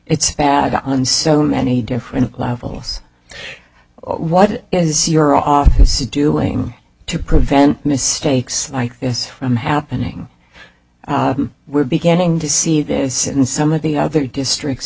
it's bad on so many different levels what is your office doing to prevent mistakes like this from happening we're beginning to see this in some of the other districts